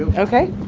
ok.